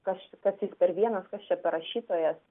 kas čia kas jis per vienas kas čia per rašytojas